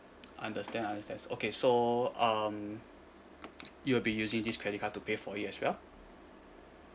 understand understand okay so um you be using this credit card to pay for it as well